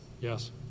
Yes